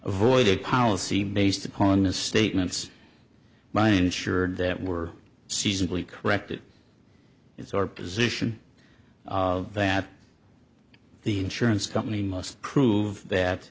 avoid a policy based upon the statements by insured that were seasonally corrected it's our position of that the insurance company must prove that